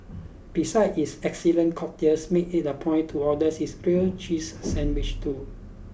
besides its excellent cocktails make it a point to order its grilled cheese sandwich too